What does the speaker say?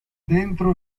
dentro